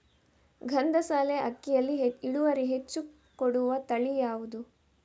ಗಂಧಸಾಲೆ ಅಕ್ಕಿಯಲ್ಲಿ ಇಳುವರಿ ಹೆಚ್ಚು ಕೊಡುವ ತಳಿ ಯಾವುದು?